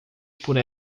por